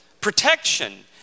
protection